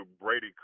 Brady